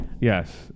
Yes